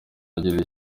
agira